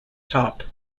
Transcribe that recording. top